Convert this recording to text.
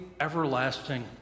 everlasting